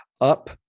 up